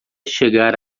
chegar